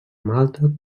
malta